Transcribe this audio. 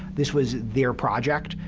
this was their project.